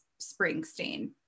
Springsteen